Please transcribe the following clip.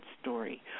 story